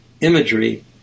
imagery